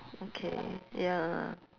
okay ya